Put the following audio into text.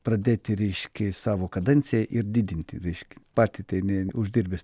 pradėti reiškia savo kadenciją ir didinti reiškia patį tai ne ne uždirbęs